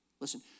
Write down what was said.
Listen